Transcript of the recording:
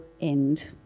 end